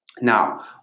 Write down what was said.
Now